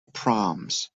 proms